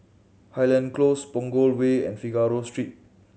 Highland Close Punggol Way and Figaro Street